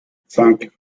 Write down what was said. cinq